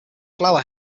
flower